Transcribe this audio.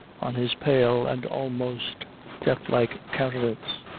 on his pale and almost deathlike countenance.